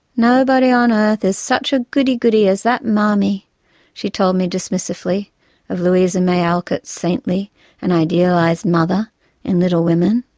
nobody on earth is such a goody-goody as that marmee she told me dismissively of louisa may alcott's saintly and idealised mother in little women.